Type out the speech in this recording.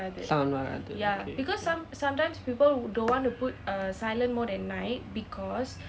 sound வராது :varaathu okay